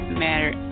matter